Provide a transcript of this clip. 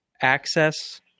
Access